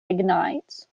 ignites